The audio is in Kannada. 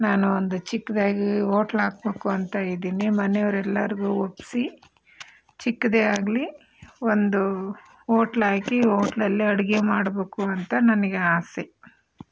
ನಾನು ಒಂದು ಚಿಕ್ಕದಾಗಿ ಹೋಟ್ಲ್ ಹಾಕಬೇಕು ಅಂತ ಇದ್ದೀನಿ ಮನೆಯವರೆಲ್ಲರಿಗೂ ಒಪ್ಪಿಸಿ ಚಿಕ್ಕದೇ ಆಗಲಿ ಒಂದು ಹೋಟ್ಲ್ ಹಾಕಿ ಹೋಟೆಲಲ್ಲೇ ಅಡುಗೆ ಮಾಡಬೇಕು ಅಂತ ನನಗೆ ಆಸೆ